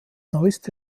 neueste